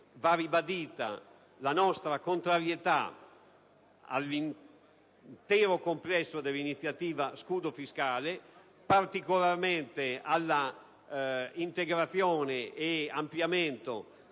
va ribadita la nostra contrarietà all'intero complesso dell'iniziativa relativa allo scudo fiscale, e particolarmente all'integrazione e all'ampliamento